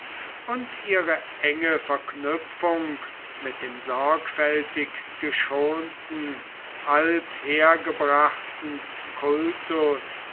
und ihre enge verknüpfung mit dem sorgfältig geschonten althergebrachten kultus